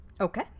Okay